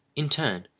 in turn,